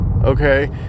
Okay